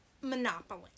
Monopoly